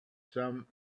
some